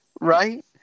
Right